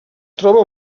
troba